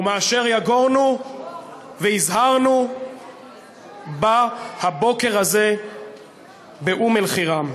ואשר יגורנו והזהרנו בא הבוקר הזה באום-אלחיראן.